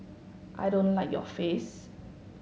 I don't like your face